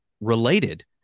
related